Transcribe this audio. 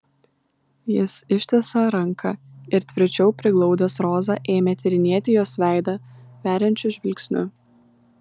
jis ištiesė ranką ir tvirčiau priglaudęs rozą ėmė tyrinėti jos veidą veriančiu žvilgsniu